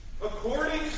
according